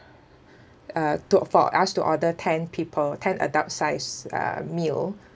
uh to for us to order ten people ten adult-sized uh meal